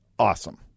Awesome